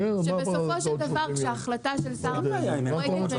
כשבסופו של דבר כשההחלטה של שר הפנים ומתמהמהת,